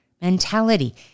mentality